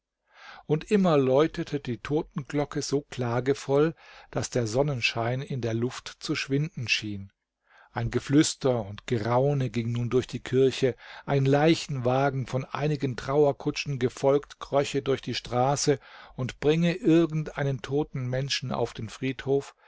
und immer läutete die totenglocke so klagevoll daß der sonnenschein in der luft zu schwinden schien ein geflüster und geraune ging nun durch die kirche ein leichenwagen von einigen trauerkutschen gefolgt kröche durch die straße und bringe irgend einen toten menschen auf den friedhof